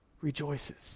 rejoices